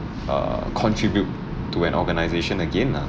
err contribute to an organisation again ah